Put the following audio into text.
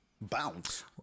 bounce